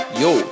yo